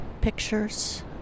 pictures